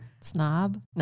Snob